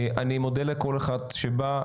אני מודה לכל אחד שבא.